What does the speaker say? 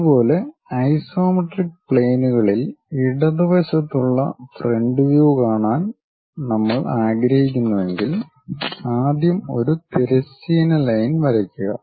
അതുപോലെ ഐസോമെട്രിക് പ്ലെയിനുകളിൽ ഇടത് വശത്തുള്ള ഫ്രണ്ട് വ്യൂ കാണാൻ നമ്മൾ ആഗ്രഹിക്കുന്നുവെങ്കിൽ ആദ്യം ഒരു തിരശ്ചീന ലൈൻ വരയ്ക്കുക